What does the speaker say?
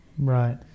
Right